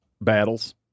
battles